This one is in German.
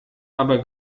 aber